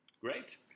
Great